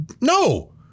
No